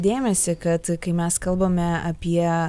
dėmesį kad kai mes kalbame apie